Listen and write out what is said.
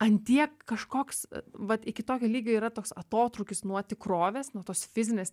ant tiek kažkoks vat iki tokio lygio yra toks atotrūkis nuo tikrovės nuo tos fizinės